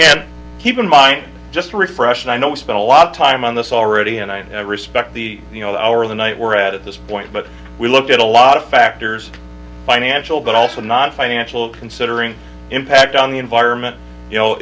and keep in mind just refresh and i know we spent a lot of time on this already and i respect the you know our the night we're at this point but we look at a lot of factors financial but also nonfinancial considering impact on the environment you know